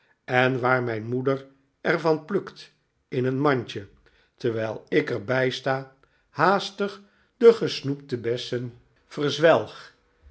en waar mijn moeder er van plukt in een mandje terwijl ik er bij sta haastig de gesnoepte bessen